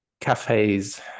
cafes